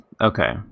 okay